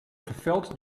geveld